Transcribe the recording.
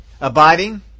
abiding